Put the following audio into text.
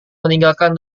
meninggalkan